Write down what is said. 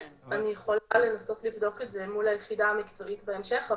אני יכולה לנסות לבדוק את זה מול היחידה המקצועית בהמשך,